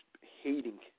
hating